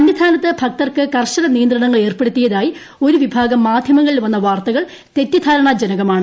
സന്നിധാനത്ത് ഭക്തർക്ക് കർശന നിയന്ത്രണങ്ങൾ ഏർപ്പെടുത്തിയതായി ഒരു വിഭാഗം മാധ്യമങ്ങളിൽ വന്ന വാർത്തകൾ തെറ്റിദ്ധാരണാജനകമാണ്